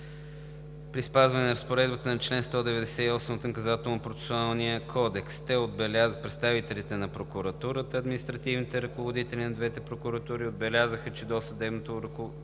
при спазването на разпоредбата на чл. 198 от Наказателно-процесуалния кодекс. Представителите на Прокуратурата и административните ръководители на двете прокуратури отбелязаха, че досъдебното наказателно